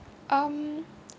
um